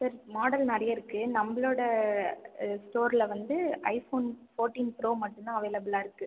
sir model நிறைய இருக்கு நம்பளோட ஸ்டோர்ல வந்து ஐ ஃபோன் ஃபோர்டின் ப்ரோ மட்டுந்தான் அவைலபுலாக இருக்கு